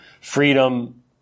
freedom